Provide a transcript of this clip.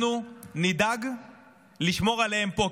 אנחנו נדאג לשמור עליהם פה,